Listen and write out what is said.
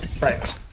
Right